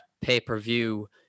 pay-per-view